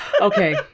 Okay